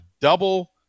double